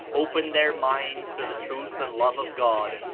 opened their minds to the truth and love of god,